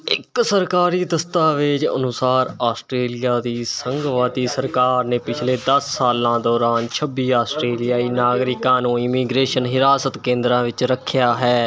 ਇਕ ਸਰਕਾਰੀ ਦਸਤਾਵੇਜ਼ ਅਨੁਸਾਰ ਆਸਟ੍ਰੇਲੀਆ ਦੀ ਸੰਘਵਾਦੀ ਸਰਕਾਰ ਨੇ ਪਿਛਲੇ ਦਸ ਸਾਲਾਂ ਦੌਰਾਨ ਛੱਬੀ ਆਸਟ੍ਰੇਲੀਆਈ ਨਾਗਰਿਕਾਂ ਨੂੰ ਇਮੀਗ੍ਰੇਸ਼ਨ ਹਿਰਾਸਤ ਕੇਂਦਰਾਂ ਵਿੱਚ ਰੱਖਿਆ ਹੈ